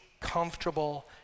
comfortable